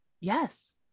yes